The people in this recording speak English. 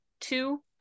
two